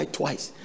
twice